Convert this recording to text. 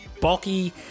bulky